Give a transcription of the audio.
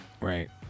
right